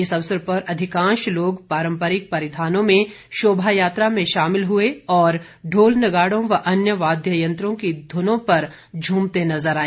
इस अवसर पर अधिकांश लोग पारम्परिक परिधानों में शोभा यात्रा में शामिल हुए और ढोल नगाड़ों व अन्य वाद्य यंत्रों की धुनों पर झूमते नज़र आए